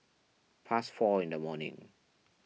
past four in the morning